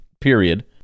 period